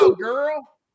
girl